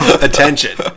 attention